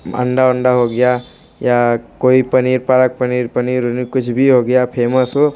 अंडा उंडा हो गया या कोई पनीर पालक पनीर पनीर उनीर कुछ भी हो गया फेमस हो